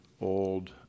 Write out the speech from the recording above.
old